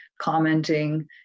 commenting